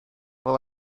fel